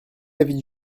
l’avis